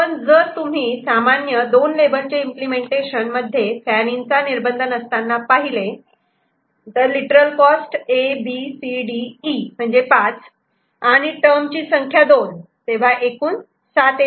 पण जर तुम्ही सामान्य 2 लेव्हल चे इम्पलेमेंटेशन मध्ये फॅन इन चा निर्बंध नसताना पाहिले तर literal cost A B C D E म्हणजे 5 आणि टर्म ची संख्या 2 तेव्हा एकूण 7 येते